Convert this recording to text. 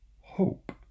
hope